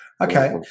Okay